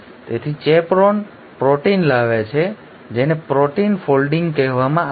તેથી chaperone protein લાવે છે જેને પ્રોટીન ફોલ્ડિંગ કહેવામાં આવે છે